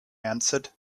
answered